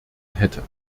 hätte